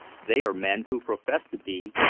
they are men who profess to be,